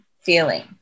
feeling